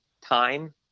time